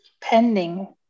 Pending